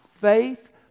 faith